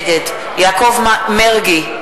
נגד יעקב מרגי,